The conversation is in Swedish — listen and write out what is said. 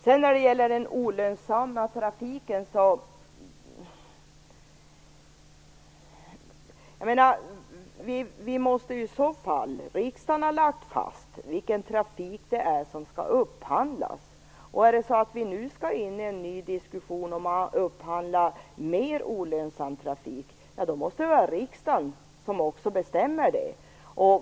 Sedan gällde det den olönsamma trafiken. Riksdagen har lagt fast vilken trafik som skall upphandlas. Om vi skall diskutera att upphandla mer olönsam trafik, måste riksdagen bestämma det.